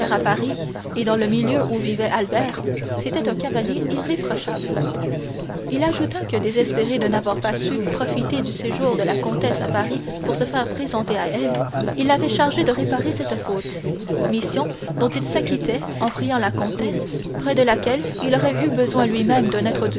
à paris et dans le milieu où vivait albert c'était un cavalier irréprochable il ajouta que désespéré de n'avoir pas su profiter du séjour de la comtesse à paris pour se faire présenter à elle il l'avait chargé de réparer cette faute mission dont il s'acquittait en priant la comtesse près de laquelle il aurait eu besoin lui-même d'un